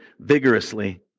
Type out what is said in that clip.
vigorously